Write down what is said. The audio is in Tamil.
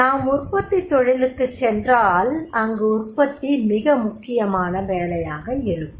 நாம் உற்பத்தித் தொழிலுக்குச் சென்றால் அங்கு உற்பத்தி மிக முக்கியமான வேலையாக இருக்கும்